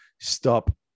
stop